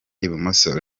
ibumoso